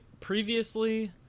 previously